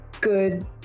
good